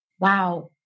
wow